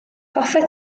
hoffet